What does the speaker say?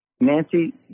Nancy